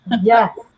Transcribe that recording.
yes